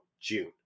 June